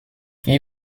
wie